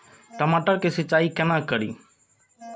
टमाटर की सीचाई केना करी?